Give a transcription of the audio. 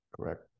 Correct